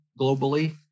globally